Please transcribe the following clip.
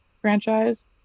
franchise